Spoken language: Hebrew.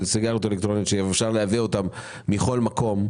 סיגריות אלקטרוניות שאפשר לייבא אותן מכל מקום,